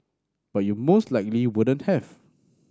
but you most likely wouldn't have